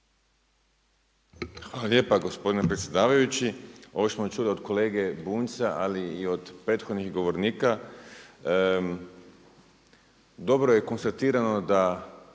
hvala lijepa gospodine predsjedavajući. Ovo što smo čuli od kolege Bunjca ali i od prethodnih govornika dobro je konstatirano da